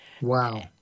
Wow